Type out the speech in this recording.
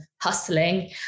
hustling